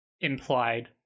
implied